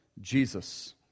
Jesus